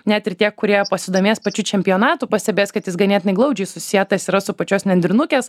net ir tie kurie pasidomės pačiu čempionatu pastebės kad jis ganėtinai glaudžiai susietas yra su pačios nendrinukės